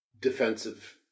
defensive